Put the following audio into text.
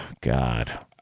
God